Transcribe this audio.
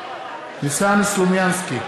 ניסן סלומינסקי,